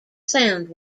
sound